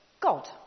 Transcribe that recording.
God